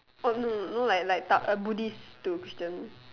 oh no no no know like like tao~ uh buddhist to christian